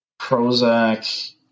Prozac